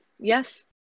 yes